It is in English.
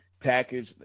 package